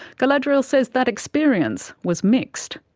galadriel says that experience was mixed.